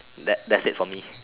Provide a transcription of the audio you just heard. that that's it from me